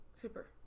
Super